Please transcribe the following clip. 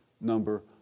number